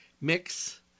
mix